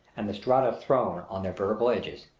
and the strata thrown on their vertical edges,